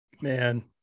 Man